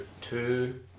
two